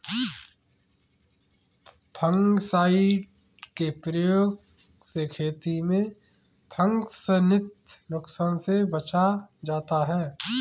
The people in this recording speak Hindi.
फंगिसाइड के प्रयोग से खेती में फँगसजनित नुकसान से बचा जाता है